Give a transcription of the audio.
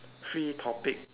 free topic